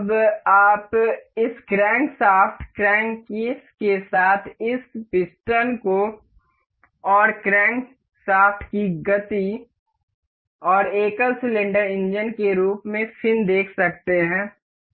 अब आप इस क्रैंकशाफ्ट क्रैंककेस के साथ इस पिस्टन और क्रैंकशाफ्ट की गति और एकल सिलेंडर इंजन के रूप में फिन देख सकते हैं